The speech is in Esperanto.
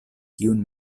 kiun